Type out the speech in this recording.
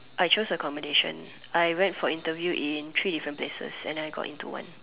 I choose accommodation I went for interview in three different places and I got into one